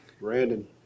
Brandon